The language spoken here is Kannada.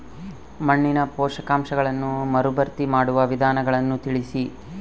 ಮಣ್ಣಿನ ಪೋಷಕಾಂಶಗಳನ್ನು ಮರುಭರ್ತಿ ಮಾಡುವ ವಿಧಾನಗಳನ್ನು ತಿಳಿಸಿ?